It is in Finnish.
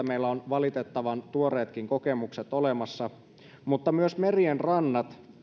meillä on valitettavan tuoreetkin kokemukset olemassa mutta myös merien rannat